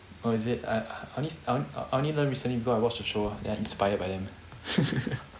oh is it I uh I only I only I only learn recently because I watch the show ah then I inspired by them